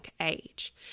age